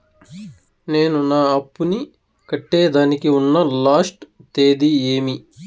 నేను నా అప్పుని కట్టేదానికి ఉన్న లాస్ట్ తేది ఏమి?